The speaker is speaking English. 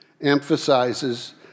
emphasizes